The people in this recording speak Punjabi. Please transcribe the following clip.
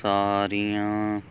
ਸਾਰੀਆਂ